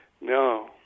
no